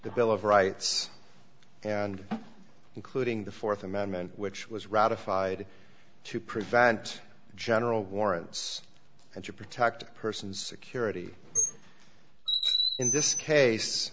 the bill of rights and including the th amendment which was ratified to prevent general warrants and to protect persons security in this case